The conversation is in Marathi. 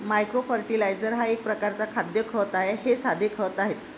मायक्रो फर्टिलायझर हा एक प्रकारचा खाद्य खत आहे हे साधे खते आहेत